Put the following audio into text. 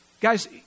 Guys